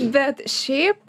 bet šiaip